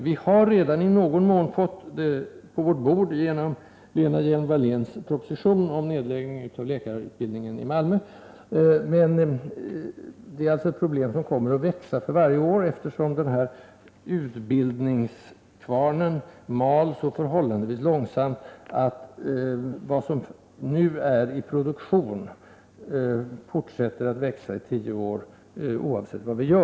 Frågan ligger redan i någon mån på riksdagens bord genom Lena Hjelm-Walléns proposition om nedläggning av läkarutbildningen i Malmö, men detta problem kommer att växa för varje år, eftersom utbildningskvar nen mal så förhållandevis långsamt att det som nu är ”i produktion” fortsätter att växa i tio år, oavsett vad vi gör.